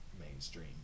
mainstream